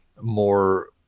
more